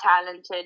talented